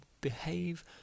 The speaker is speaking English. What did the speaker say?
behave